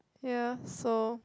ya so